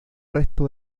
resto